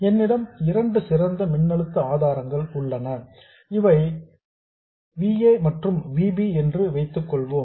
என்னிடம் 2 சிறந்த மின்னழுத்த ஆதாரங்கள் உள்ளன அவை V a மற்றும் V b என்று வைத்துக் கொள்வோம்